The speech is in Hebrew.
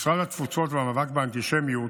משרד התפוצות והמאבק באנטישמיות